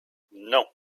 non